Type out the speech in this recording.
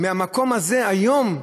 ומהמקום הזה היום,